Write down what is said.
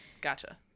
Gotcha